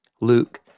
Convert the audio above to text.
Luke